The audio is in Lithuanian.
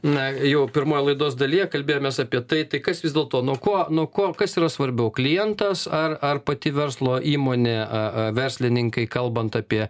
na jau pirmoj laidos dalyje kalbėjomės apie tai tai kas vis dėlto nuo ko nuo ko kas yra svarbiau klientas ar ar pati verslo įmonė ar verslininkai kalbant apie